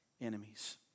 enemies